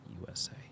USA